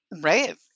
Right